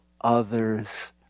others